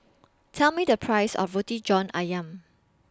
Tell Me The Price of Roti John Ayam